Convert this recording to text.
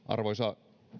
arvoisa